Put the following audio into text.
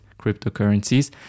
cryptocurrencies